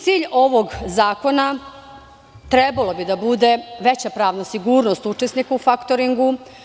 Cilj ovog zakona bi trebalo da bude veća pravna sigurnost učesnika u faktoringu.